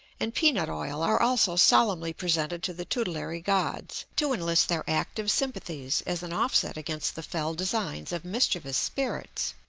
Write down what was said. and peanut-oil are also solemnly presented to the tutelary gods, to enlist their active sympathies as an offset against the fell designs of mischievous spirits.